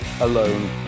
alone